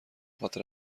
خاطر